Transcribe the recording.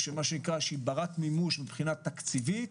שהיא ברמת מימוש מבחינה תקציבית,